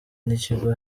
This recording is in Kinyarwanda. n’ikigo